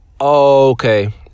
okay